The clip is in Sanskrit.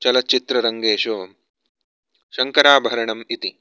चलच्चित्ररङ्गेषु शङ्कराभरणम् इति